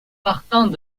partant